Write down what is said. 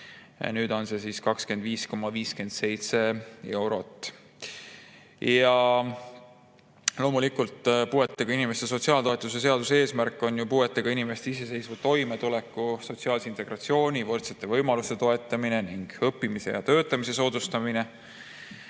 nüüd on see 25,57 eurot. Loomulikult, puuetega inimeste sotsiaaltoetuse seaduse eesmärk on puuetega inimeste iseseisva toimetuleku, sotsiaalse integratsiooni ja võrdsete võimaluste toetamine ning õppimise ja töötamise soodustamine.